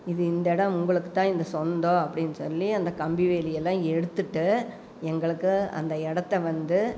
இது இந்த இடம் உங்களுக்குதான் சொந்தம் அப்படினு சொல்லி அந்த கம்பி வேலியெல்லாம் எடுத்துவிட்டு எங்களுக்கு அந்த இடத்த வந்து